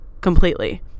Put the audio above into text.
completely